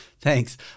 Thanks